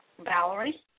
Valerie